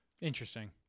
Interesting